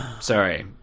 Sorry